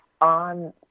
on